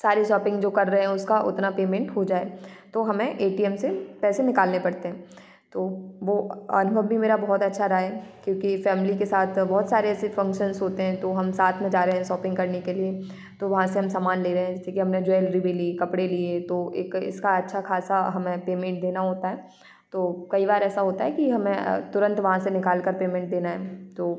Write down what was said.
सारी शॉपिंग जो कर रहे हैं उसका उतना पेमेंट हो जाए तो हमें ए टी एम से पैसे निकालने पड़ते हैं तो वो अ अनुभव भी मेरा बहुत अच्छा रहा है क्योंकि फैमिली के साथ बहुत सारे ऐसे फंक्शन्स होते हैं तो हम साथ में जा रहे हैं शॉपिंग करने के लिए तो वहाँ से हम समान ले रहे हैं जैसे कि हमने ज्वेलरी भी ली कपड़े लिए तो एक इसका अच्छा खासा हमें पेमेंट देना होता है तो कई बार ऐसा होता है कि हमें अ तुरंत वहाँ से निकाल कर पेमेंट देना है तो